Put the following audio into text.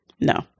No